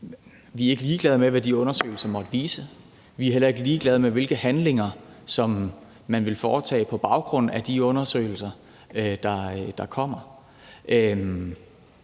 at vi ikke er ligeglade med, hvad de undersøgelser måtte vise. Vi er heller ikke ligeglade med, hvilke handlinger man vil foretage på baggrund af de undersøgelser, der kommer,